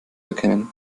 erkennen